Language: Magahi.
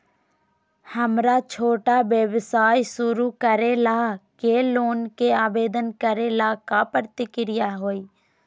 हमरा छोटा व्यवसाय शुरू करे ला के लोन के आवेदन करे ल का प्रक्रिया हई?